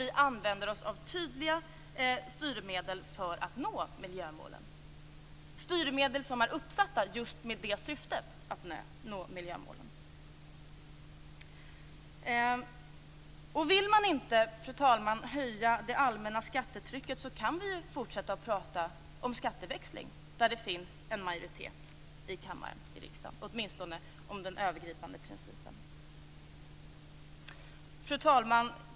Vi använder oss nämligen av tydliga styrmedel för att nå miljömålen, styrmedel som är uppsatta just i syfte att vi skall nå miljömålen. Vill man inte, fru talman, höja det allmänna skattetrycket kan vi fortsätta prata om skatteväxling, kring vilket det finns en majoritet i kammaren, åtminstone vad gäller den övergripande principen. Fru talman!